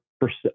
percent